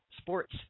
sports